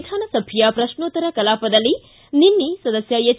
ವಿಧಾನಸಭೆಯ ಪ್ರಶ್ನೋತ್ತರ ಕಲಾಪದಲ್ಲಿ ನಿನ್ನೆ ಸದಸ್ಯ ಎಚ್